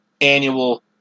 annual